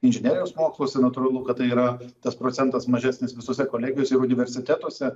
inžinerijos moksluose natūralu kad tai yra tas procentas mažesnis visose kolegijose ir universitetuose